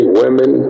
women